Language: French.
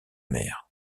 mer